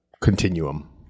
continuum